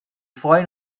freuen